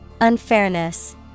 Unfairness